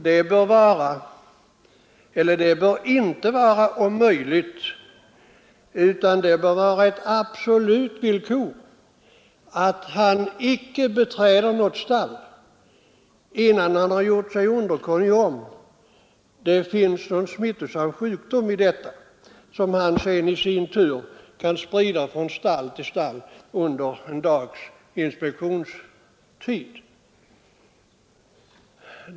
Det bör inte heta om möjligt, utan det skall vara ett absolut villkor att han inte beträder ett stall innan han har gjort sig underkunnig om någon smittosam sjukdom finns i stallet, som han annars i sin tur kan sprida från stall till stall under en dags inspektion.